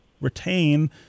retain